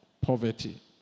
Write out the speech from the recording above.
poverty